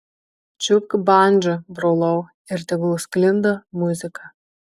čiupk bandžą brolau ir tegul sklinda muzika